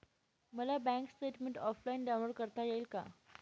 मला bank statement offline download करता येईल का?